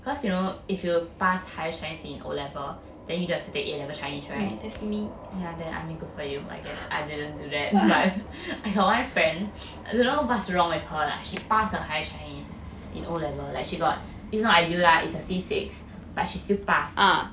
cause you know if you pass higher chinese in O level then you don't have to take A level chinese right ya I mean good for you I guess I didn't do that but I got one friend don't know what's wrong with her lah she passed her high chinese in O level like she got it's not ideal lah it's a C six but she's still pass